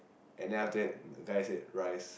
and then after that the guy said rise